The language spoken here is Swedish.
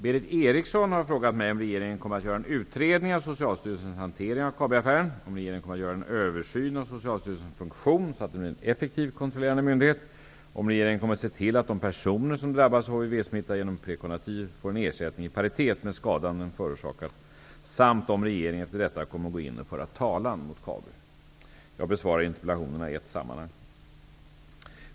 Berith Eriksson har frågat mig om regeringen kommer att göra en utredning av Socialstyrelsens hantering av Kabiaffären, om regeringen kommer att göra en översyn av Socialstyrelsens funktion så att den blir en effektiv kontrollerande myndighet, om regeringen kommer att se till att de personer som drabbats av hivsmitta genom Preconativ får en ersättning i paritet med skadan den förorsakat samt om regeringen efter detta kommer att gå in och föra talan mot Kabi. Jag besvarar interpellationerna i ett sammanhang.